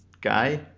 guy